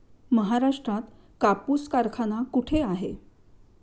महाराष्ट्रात कापूस कारखाना कुठे आहे?